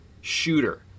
shooter